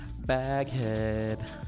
Baghead